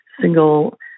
single